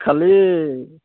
খালি